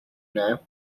know